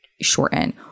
shorten